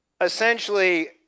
essentially